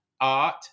art